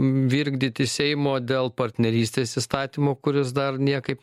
virkdyti seimo dėl partnerystės įstatymo kuris dar niekaip